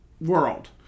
world